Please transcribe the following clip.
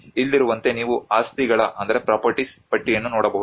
ಇಲ್ಲಿರುವಂತೆ ನೀವು ಆಸ್ತಿಗಳ ಪಟ್ಟಿಯನ್ನು ನೋಡಬಹುದು